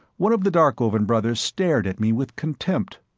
one of the darkovan brothers stared at me with contempt.